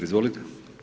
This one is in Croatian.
Izvolite.